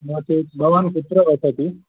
नोचेत् भवान् कुत्र वसति